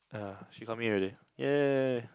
ah she coming already !yay!